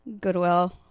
Goodwill